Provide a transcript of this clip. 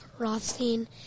Rothstein